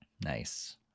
Nice